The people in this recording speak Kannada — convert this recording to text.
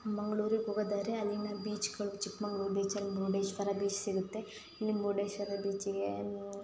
ಮಂಗ್ಳೂರಿಗೆ ಹೋಗೋದಾದ್ರೆ ಅಲ್ಲಿನ ಬೀಚ್ಗಳು ಚಿಕ್ಕ ಮಂಗ್ಳೂರು ಬೀಚಲ್ಲಿ ಮುರುಡೇಶ್ವರ ಬೀಚ್ ಸಿಗುತ್ತೆ ನೀವು ಮುರುಡೇಶ್ವರ ಬೀಚಿಗೆ ನೀವು